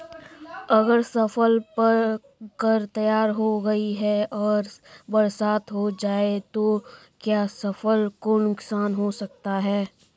अगर फसल पक कर तैयार हो गई है और बरसात हो जाए तो क्या फसल को नुकसान हो सकता है?